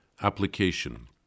Application